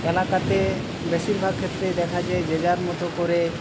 এলাকাতে বেশিরভাগ ক্ষেত্রেই দেখা যায় যে যার মতো করে